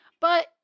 but-